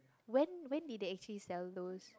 when when did they actually sell those